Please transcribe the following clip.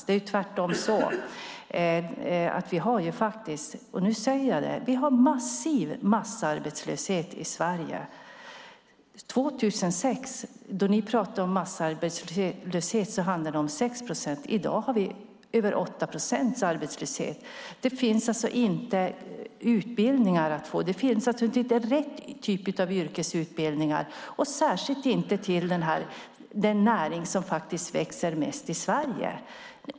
Det är tvärtom så att vi har, och nu säger jag det, massarbetslöshet i Sverige. År 2006 då ni pratade om massarbetslöshet handlade det om 6 procent. I dag har vi över 8 procents arbetslöshet. Det finns alltså inte rätt typ av yrkesutbildningar, särskilt inte till den näring som växer mest i Sverige.